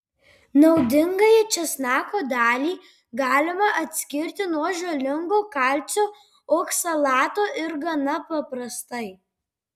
naudingąją česnako dalį galima atskirti nuo žalingo kalcio oksalato ir gana paprastai